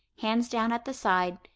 hands down at the side,